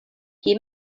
qui